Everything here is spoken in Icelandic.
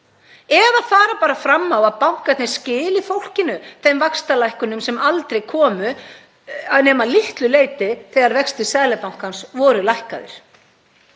Eða fara bara fram á að bankarnir skili fólkinu þeim vaxtalækkunum sem aldrei komu nema að litlu leyti þegar vextir Seðlabankans voru lækkaðir?